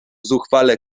zuchwale